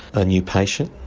a new patient,